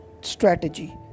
strategy